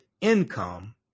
income